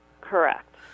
Correct